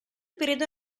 periodo